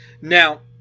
Now